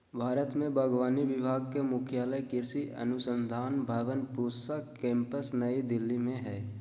भारत में बागवानी विभाग के मुख्यालय कृषि अनुसंधान भवन पूसा केम्पस नई दिल्ली में हइ